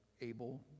able